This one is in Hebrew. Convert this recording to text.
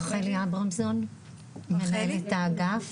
רחלי אברמזון מנהלת האגף,